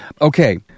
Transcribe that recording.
Okay